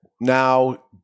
Now